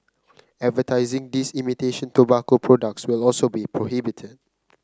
advertising these imitation tobacco products will also be prohibited